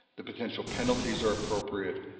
the potential penalties are appropriate,